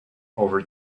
over